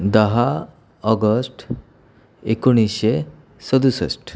दहा ऑगष्ट एकोणीसशे सदुसष्ट